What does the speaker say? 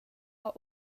har